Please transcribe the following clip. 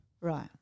Right